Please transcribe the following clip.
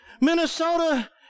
Minnesota